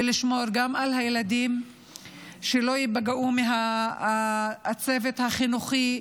ולשמור על כך שהילדים לא ייפגעו מהצוות החינוכי,